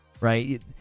right